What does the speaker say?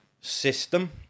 system